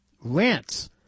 rants